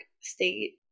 state